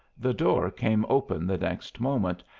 the door came open the next moment,